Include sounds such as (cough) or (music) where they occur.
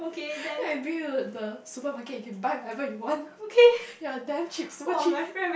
then I bring you to the supermarket you can buy whatever you want (laughs) ya damn cheap super cheap (laughs)